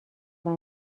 نور